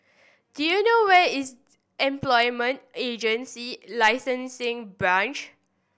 do you know where is Employment Agency Licensing Branch